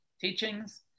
teachings